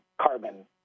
carbon